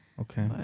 Okay